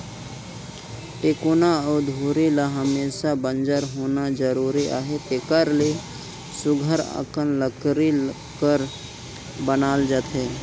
टेकोना अउ धूरी ल हमेसा बंजर होना जरूरी अहे तेकर ले सुग्घर अकन लकरी कर बनाल जाथे